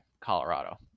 Colorado